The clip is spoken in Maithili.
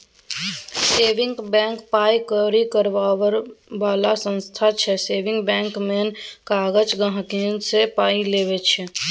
सेबिंग बैंक पाइ कौरी कारोबार बला संस्था छै सेबिंग बैंकक मेन काज गांहिकीसँ पाइ लेब छै